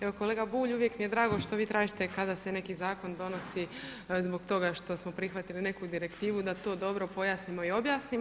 Evo kolega Bulj, uvijek mi je drago što vi tražite kada se neki zakon donosi zbog toga što smo prihvatili neku direktivu da to dobro pojasnimo i objasnimo.